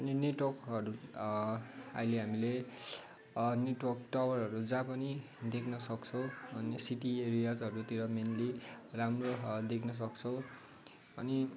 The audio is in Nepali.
अनि नेटवर्कहरू अहिले हामीले नेटवर्क टावरहरू जहाँ पनि देख्नसक्छौँ अनि सिटी एरियाजहरूतिर मेनली राम्रो देख्नसक्छौँ अनि